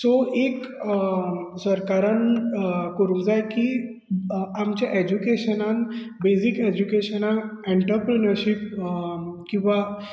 so एक सरकारान करूंक जाय की आमचें ऍजूकेशनांत बेजीक ऍजूकेशनांत एँटरप्रोनरशीप किंवां